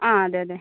ആ അതെയതെ